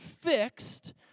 fixed